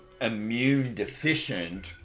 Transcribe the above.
immune-deficient